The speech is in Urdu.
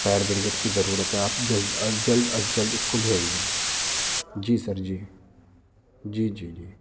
فائبر بریگیڈ کی ضرورت ہے آپ جلد جلد از جلد اس کو بھیج دیں جی سر جی جی جی